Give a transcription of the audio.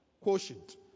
quotient